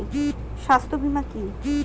স্বাস্থ্য বীমা কি?